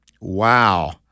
Wow